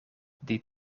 die